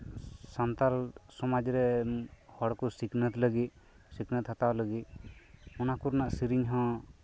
ᱥᱟᱱᱛᱟᱞ ᱥᱚᱢᱟᱡ ᱨᱮ ᱦᱚᱲᱠᱚ ᱥᱤᱠᱷᱱᱟᱹᱛ ᱞᱟᱹᱜᱤᱫ ᱥᱤᱠᱷᱱᱟᱹᱛ ᱦᱟᱛᱟᱣ ᱞᱟᱹᱜᱤᱫ ᱚᱱᱟᱠᱚ ᱨᱮᱱᱟᱜ ᱥᱮᱨᱮᱧ ᱦᱚ